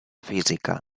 física